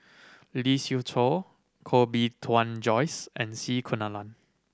Lee Siew Choh Koh Bee Tuan Joyce and C Kunalan